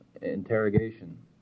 interrogation